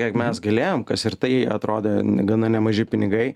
kiek mes galėjom kas ir tai atrodė gana nemaži pinigai